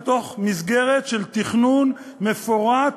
לתוך מסגרת של תכנון מפורט,